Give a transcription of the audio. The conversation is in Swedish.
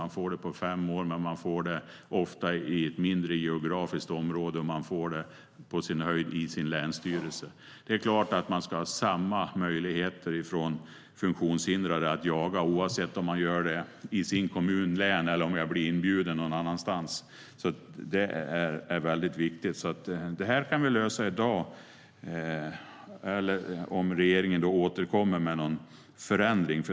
De får den på fem år, men de får den ofta i ett mindre geografiskt område och på sin höjd i sin länsstyrelse. Det är klart att det ska vara samma möjligheter för funktionshindrade att jaga oavsett om de gör det i sin kommun eller sitt län eller blir inbjudna någon annanstans. Det är väldigt viktigt. Det kan vi lösa om regeringen återkommer med en förändring.